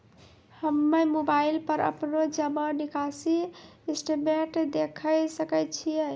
हम्मय मोबाइल पर अपनो जमा निकासी स्टेटमेंट देखय सकय छियै?